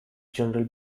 general